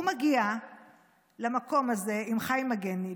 הוא מגיע למקום הזה עם חיים הגני,